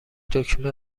دکمه